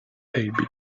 baby